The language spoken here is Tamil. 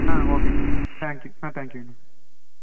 ஓகேங்கண்ணா தேங்க்யூ தேங்க்யூண்ணா